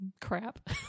crap